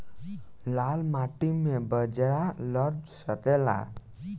लाल माटी मे बाजरा लग सकेला?